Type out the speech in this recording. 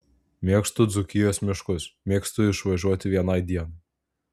mėgstu dzūkijos miškus mėgstu išvažiuoti vienai dienai